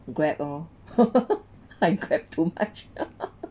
Grab lor I Grab too much